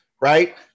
right